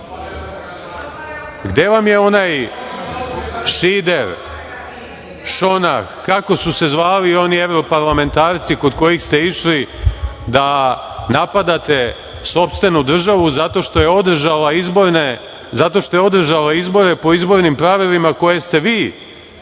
Gde vam je onaj Šider, Šonah, kako su se zvali oni evroparlamentarci kod kojih ste išli da napadate sopstvenu državu zato što je održala izbore po izbornim pravilima koje ste vi